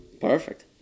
Perfect